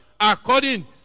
according